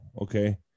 okay